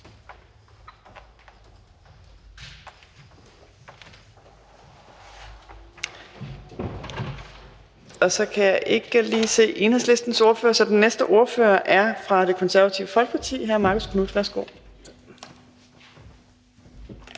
Jeg kan ikke lige se Enhedslistens ordfører, så den næste ordfører er fra Det Konservative Folkeparti. Hr. Marcus Knuth, værsgo.